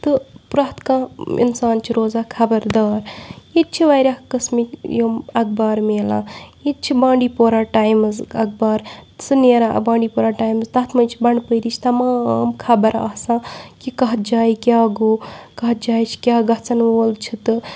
تہٕ پرٛٮ۪تھ کانٛہہ اِنسان چھُ روزان خبردار ییٚتہِ چھِ واریاہ قٕسمٕکۍ یِم اَخبار مِلان ییٚتہِ چھِ بانڈی پورہ ٹایمٕز اَخبار سُہ نیران بانڈی پورہ ٹایمٕز تَتھ منٛز چھِ بَنٛڈپوٗرِچ تَمام خبر آسان کہِ کَتھ جایہِ کیٛاہ گوٚو کَتھ جایہِ چھِ کیٛاہ گژھن وول چھِ تہٕ